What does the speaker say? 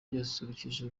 ryasusurukije